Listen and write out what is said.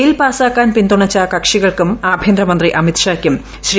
bill പാസാക്കാൻ പിന്തുണച്ച കക്ഷികൾക്കുംആഭ്യന്തര മന്തി അമിത്ഷായ്ക്കും ശ്രീ